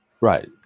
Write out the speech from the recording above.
Right